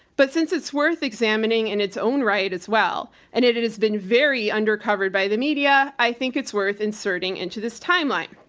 but since it's worth examining in its own right as well, and it it has been very under covered by the media i think it's worth inserting into this timeline.